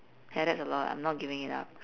ya that's a lot I'm not giving it up